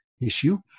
issue